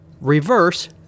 Reverse